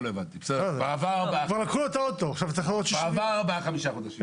כבר ארבעה חמישה חודשים.